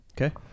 Okay